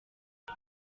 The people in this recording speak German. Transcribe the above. was